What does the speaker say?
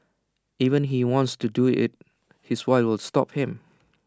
even he wants to do IT his wife will stop him